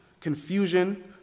confusion